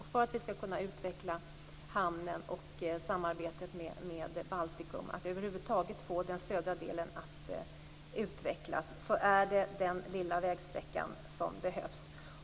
För att vi skall kunna utveckla hamnen och samarbetet med Baltikum, för att över huvud taget få den södra delen att utvecklas, är det den lilla vägsträckan som behövs.